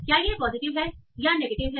क्या यह पॉजिटिव है या नेगेटिव है